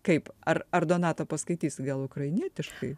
kaip ar ar donata paskaitys gal ukrainietiškai